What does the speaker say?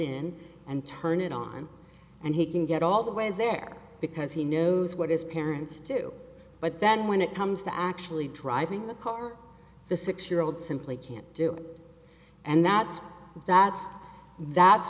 in and turn it on and he can get all the way there because he knows what his parents do but then when it comes to actually driving the car the six year old simply can't do it and that's that's that's